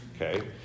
okay